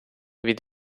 від